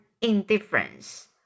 indifference